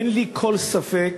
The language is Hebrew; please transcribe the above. אין לי כל ספק